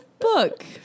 book